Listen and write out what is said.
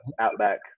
outback